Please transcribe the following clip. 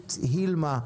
סמנכ"לית אילמה,